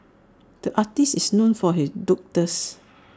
the artist is known for his doodles